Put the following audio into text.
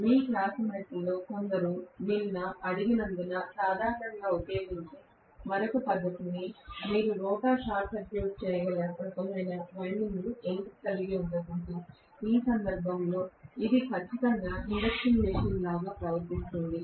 మీ క్లాస్మేట్స్లో కొందరు నిన్న అడిగినందున సాధారణంగా ఉపయోగించే మరొక పద్ధతి మీరు రోటర్లో షార్ట్ సర్క్యూట్ చేయగల రకమైన వైండింగ్ ఎందుకు కలిగి ఉండకూడదు ఈ సందర్భంలో ఇది ఖచ్చితంగా ఇండక్షన్ మెషిన్ లాగా ప్రవర్తిస్తుంది